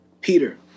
Peter